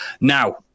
Now